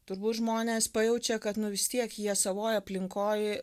turbūt žmonės pajaučia kad nu vis tiek jie savoj aplinkoj